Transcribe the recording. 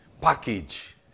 package